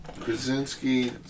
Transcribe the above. Krasinski